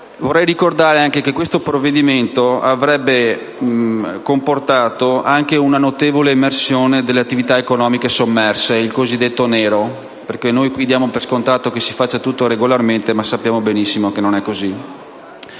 Vorrei ricordare che questo provvedimento avrebbe comportato anche una notevole emersione delle attività economiche sommerse (il cosiddetto nero). Noi qui diamo per scontato che si faccia tutto regolarmente, ma sappiamo benissimo che non è così.